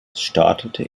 startete